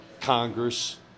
congress